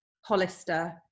Hollister